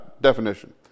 definition